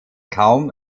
kaum